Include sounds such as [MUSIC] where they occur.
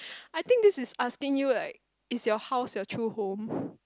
I think this is asking you like is your house your true home [BREATH]